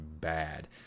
bad